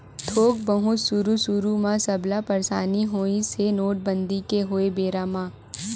थोक बहुत सुरु सुरु म सबला परसानी होइस हे नोटबंदी के होय बेरा म